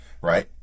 right